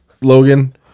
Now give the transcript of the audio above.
Logan